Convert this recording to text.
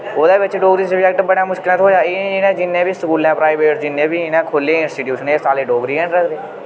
ओह्दे बिच्च डोगरी सब्जेक्ट बड़ै मुश्कल कन्नै थ्होआ एह् इन्नै जिन्ने बी स्कूलें प्राइवेट जिन्ने बी इनें खोले दे इंस्टीटूशन एह् साले डोगरी गै नी रक्खदे